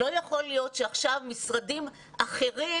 לא יכול להיות שעכשיו משרדים אחרים,